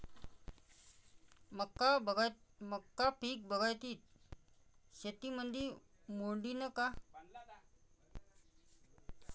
मका पीक बागायती शेतीमंदी मोडीन का?